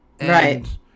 Right